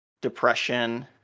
Depression